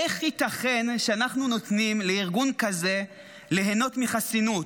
איך ייתכן שאנחנו נותנים לארגון כזה ליהנות מחסינות?